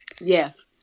Yes